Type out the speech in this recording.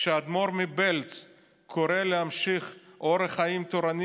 כשהאדמו"ר מבעלז קורא להמשיך אורח חיים תורני